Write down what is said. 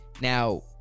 Now